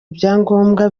ibyangombwa